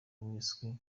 wiswe